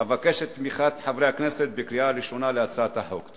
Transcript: אבקש את תמיכת חברי הכנסת בהצעת החוק - בקריאה הראשונה.